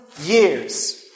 years